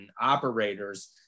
operators